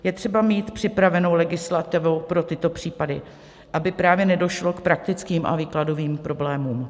Je třeba mít připravenou legislativu pro tyto případy, aby právě nedošlo k praktickým a výkladovým problémům.